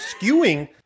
skewing